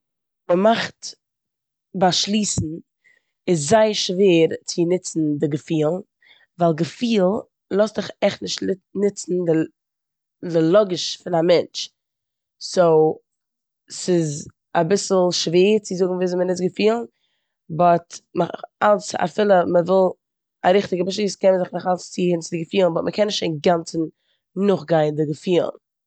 מ'מאכט באשלוסן איז זייער שווער צו נוצן די געפילן ווייל געפילן לאזט דיך עכט נישט נוצן די- די לאגיש פון א מענטש. סאו ס'איז אביסל שווער צו זאגן וויאזוי מ'נוצט געפילן באט נאכאלץ אפילו מ'וויל א ריכטיגע באשלוס קען מען זיך נאכאלץ צוהערן צו די געפילן באט מ'קען נישט אינגאנצן נאכגיין די געפילן.